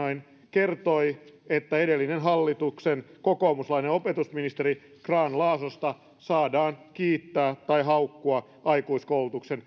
kertoi että edellisen hallituksen kokoomuslaista opetusministeriä grahn laasosta saadaan kiittää tai haukkua aikuiskoulutuksen